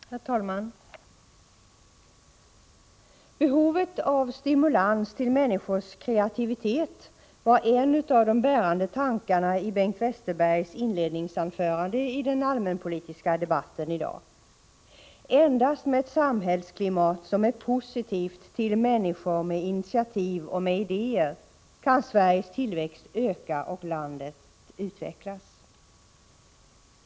Herr talman! Behovet av stimulans till människors kreativitet var en av de bärande tankarna i Bengt Westerbergs inledningsanförande i den allmänpolitiska debatten i dag. Endast med ett samhällsklimat som är positivt till människor med initiativ och idéer kan Sveriges tillväxt öka och landet utvecklas.